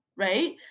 right